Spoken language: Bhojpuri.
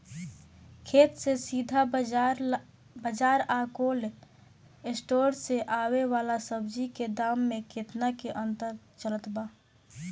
खेत से सीधा बाज़ार आ कोल्ड स्टोर से आवे वाला सब्जी के दाम में केतना के अंतर चलत बा?